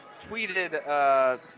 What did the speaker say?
tweeted